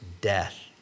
death